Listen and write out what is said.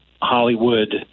Hollywood